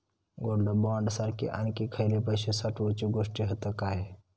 Gold bond सारखे आणखी खयले पैशे साठवूचे गोष्टी हत काय?